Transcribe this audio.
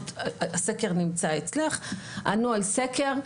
הסקר נמצא אצלך, 736 גננות ענו על סקר.